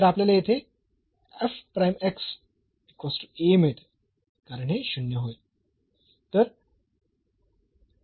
तर आपल्याला येथे A मिळते कारण हे 0 होईल